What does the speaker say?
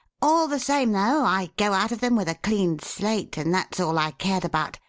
all the same, though, i go out of them with a clean slate, and that's all i cared about.